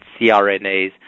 CRNAs